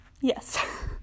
yes